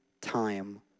time